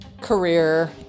career